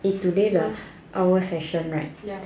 eh today the our session right